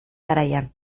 garaian